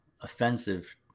offensive